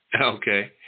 Okay